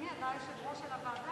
אדוני, אתה היושב-ראש של הוועדה,